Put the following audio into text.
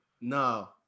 No